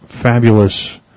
fabulous